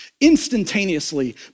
instantaneously